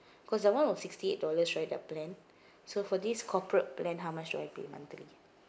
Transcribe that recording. cause that one was sixty eight dollars right the plan so for this corporate plan how much do I pay monthly